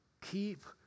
Keep